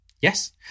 Yes